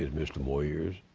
mr. moyers,